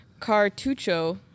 Cartucho